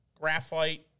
graphite